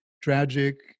tragic